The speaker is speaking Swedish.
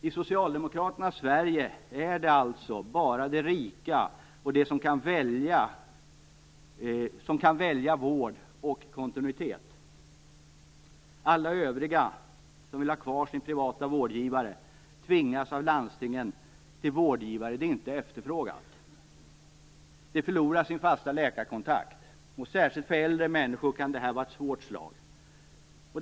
I Socialdemokraternas Sverige är det alltså bara de rika som kan välja vård och få kontinuitet. Alla övriga som vill ha kvar sin privata vårdgivare tvingas av landstingen till vårdgivare som de inte har efterfrågat. De förlorar sin fasta läkarkontakt. Särskilt för äldre människor kan det vara ett svårt slag.